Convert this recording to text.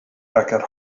beckett